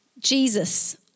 Jesus